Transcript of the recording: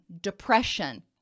depression